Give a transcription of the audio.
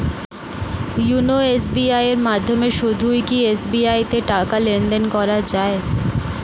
YONO SBI এর মাধ্যমে শুধুই কি এস.বি.আই তে টাকা লেনদেন করা যায়?